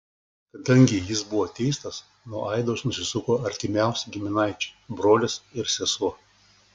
kadangi jis buvo teistas nuo aidos nusisuko artimiausi giminaičiai brolis ir sesuo